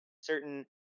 certain